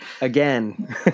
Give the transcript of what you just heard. Again